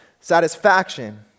satisfaction